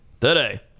today